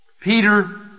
Peter